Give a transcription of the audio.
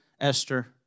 Esther